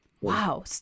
Wow